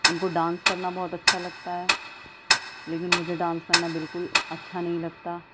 ان کو ڈانس کرنا بہت اچھا لگتا ہے لیکن مجھے ڈانس کرنا بالکل اچھا نہیں لگتا